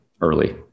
early